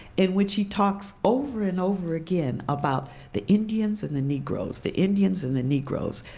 in which he talks over and over again about the indians and the negros, the indians and the negros,